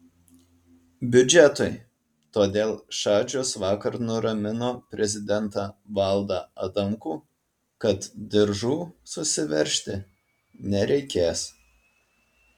biudžetui todėl šadžius vakar nuramino prezidentą valdą adamkų kad diržų susiveržti nereikės